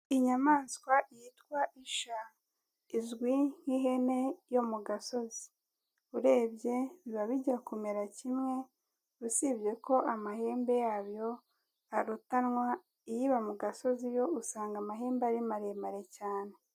Inyamaswa yitwa isha izwi nk'ihene yo mu gasozi, urebye biba bijya kumera kimwe usibye ko amahembe yabyo arutanwa iyiba mu gasozi yo usanga amahembe ari maremare cyane.